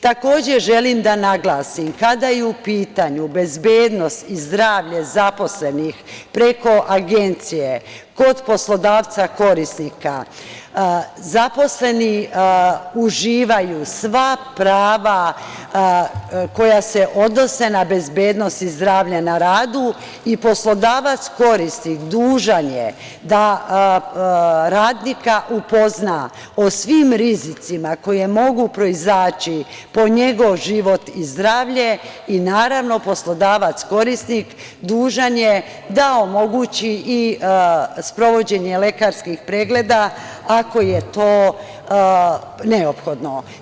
Takođe, želim da naglasim, kada je u pitanju bezbednost i zdravlje zaposlenih preko agencije kod poslodavca korisnika, zaposleni uživaju sva prava koja se odnose na bezbednosti i zdravlje na radu i poslodavac korisnik dužan je da radnika upozna o svim rizicima koji mogu proizaći po njegov život i zdravlje i naravno poslodavac korisnik je dužan da omogući i sprovođenje lekarskih pregleda ako je to neophodno.